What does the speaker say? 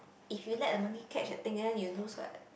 if you let the monkey catch that then you lose what